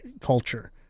culture